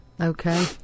Okay